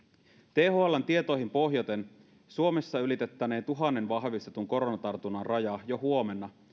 thln tietoihin pohjaten suomessa ylitettäneen tuhannen vahvistetun koronatartunnan raja jo huomenna